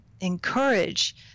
encourage